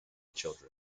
children